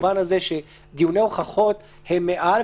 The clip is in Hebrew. במובן הזה שדיוני הוכחות הם מעל,